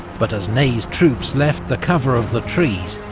but as ney's troops left the cover of the trees,